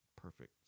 perfect